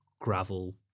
gravel